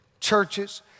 churches